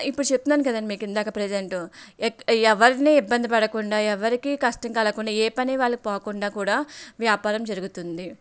ఇప్పుడు చెప్తున్నాను కదండి మీకు ఇందాక ప్రజెంట్ ఎవరినీ ఇబ్బంది పడకుండా ఎవరికీ కష్టం కలగకుండా ఏ పని వాళ్ళకి పోకుండా కూడా వ్యాపారం జరుగుతుంది